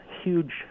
huge